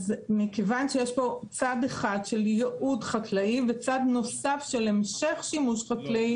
מכיוון שיש פה צד אחד של ייעוד חקלאי וצד נוסף של המשך שימוש חקלאי,